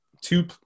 two